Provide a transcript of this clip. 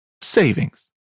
savings